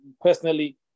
Personally